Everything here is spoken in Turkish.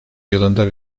yılında